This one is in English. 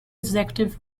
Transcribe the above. executive